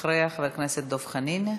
אחריה, חבר הכנסת דב חנין.